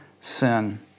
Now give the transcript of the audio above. sin